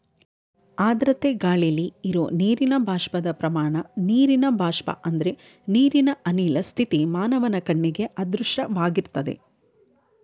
ಆರ್ದ್ರತೆ ಗಾಳಿಲಿ ಇರೋ ನೀರಿನ ಬಾಷ್ಪದ ಪ್ರಮಾಣ ನೀರಿನ ಬಾಷ್ಪ ಅಂದ್ರೆ ನೀರಿನ ಅನಿಲ ಸ್ಥಿತಿ ಮಾನವನ ಕಣ್ಣಿಗೆ ಅದೃಶ್ಯವಾಗಿರ್ತದೆ